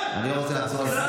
אני לא רוצה לחזור,